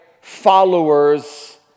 followers